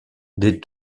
des